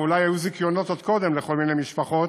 ואולי היו זיכיונות עוד קודם לכל מיני משפחות,